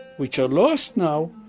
which are lost now,